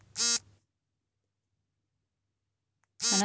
ಹಣಕಾಸು ಮತ್ತು ಹಣಕಾಸು ಸಂಸ್ಥೆಗಳ ನಡುವಿನ ವ್ಯತ್ಯಾಸವೇನು?